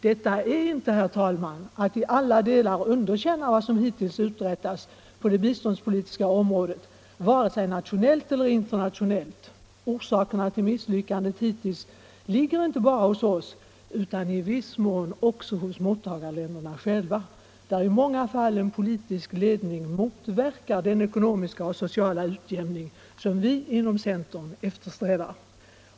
Detta är inte, herr talman, att i alla delar underkänna vad som hittills uträttats på det biståndspolitiska området, vare sig nationellt eller internationellt. Orsakerna till misslyckandet hittills ligger inte bara hos oss utan i viss mån också hos mottagarländerna själva, där i många fall en politisk ledning motverkar den ekonomiska och sociala utjämning som vi inom centern eftersträvar.